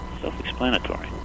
Self-explanatory